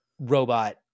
robot